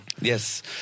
Yes